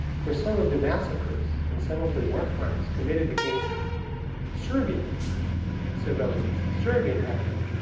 for some of the massacres and some of the war crimes committed against serbian civilians, serbian ethic,